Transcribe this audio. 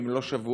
אם לא שבועות,